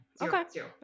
Okay